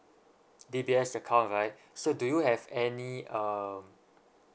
D_B_S account right so do you have any um